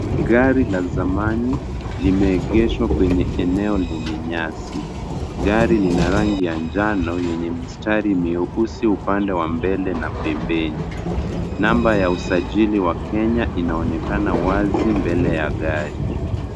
Gari la zamani limeegeshwa kwenye eneo lenye nyasi. Gari lina rangi ya njano yenye mistari meusi upande wa mbele na pembeni. namba ya Usajili wa kenya inaonekana wazi mbele ya gari.